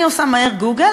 אני עושה מהר "גוגל",